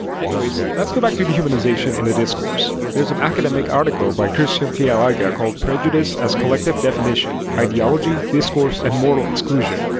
anyways, let's go back to dehumanization in the discourse. there's an academic article by cristian tielaga called prejudice as collective definition ideology, discourse and moral exclusion.